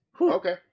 okay